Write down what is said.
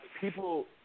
people